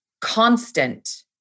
constant